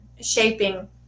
shaping